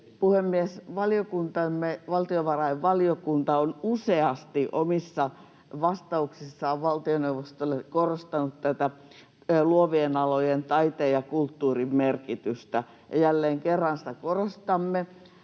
valtiovarainvaliokunta, on useasti omissa vastauksissaan valtioneuvostolle korostanut tätä luovien alojen, taiteen ja kulttuurin merkitystä. Ja jälleen kerran sitä korostamme,